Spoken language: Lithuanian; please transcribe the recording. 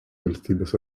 valstybės